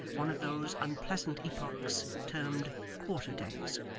one of those unpleasant epochs termed quarter-days.